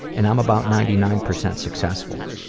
and i'm about ninety nine percent successful.